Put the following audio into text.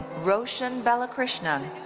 roshan balakrishnan.